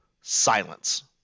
silence